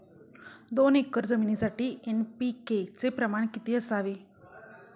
दोन एकर जमिनीसाठी एन.पी.के चे प्रमाण किती असावे?